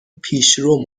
پیشرو